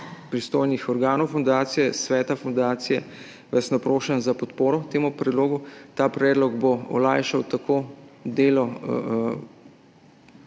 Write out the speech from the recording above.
pristojnih organov fundacije, sveta fundacije, vas naprošam za podporo temu predlogu. Ta predlog bo olajšal tako delo